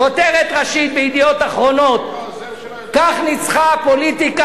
כותרת ראשית בידיעות אחרונות: "כך ניצחה הפוליטיקה